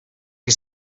que